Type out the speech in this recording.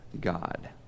God